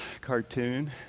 cartoon